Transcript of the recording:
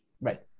Right